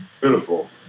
Beautiful